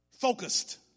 focused